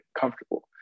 comfortable